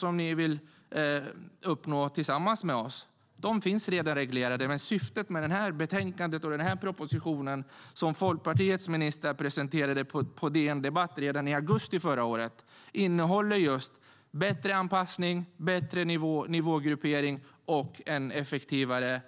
Det ni vill uppnå tillsammans med oss finns redan reglerat, men syftet med det här betänkandet och den här propositionen, som Folkpartiets ministrar presenterade på DN Debatt i augusti förra året, innehåller just bättre anpassning, bättre nivågruppering och en effektivare